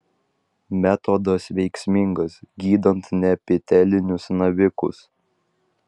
metodas veiksmingas gydant neepitelinius navikus